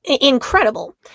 Incredible